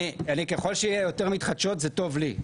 ככל שיהיו יותר מתחדשות זה טוב לי,